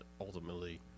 ultimately